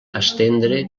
estendre